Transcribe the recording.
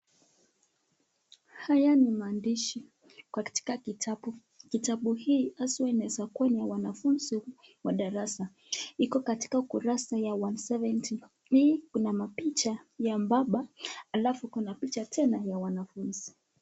Haya ni maandishi katika kitabu. Kitabu hii haswa inaweza kuwa ni ya wanafunzi wa darasa. Iko katika ukurasa ya 170. Hii kuna mapicha ya mbaba halafu kuna picha tena ya wanafunzi.